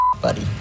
buddy